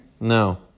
No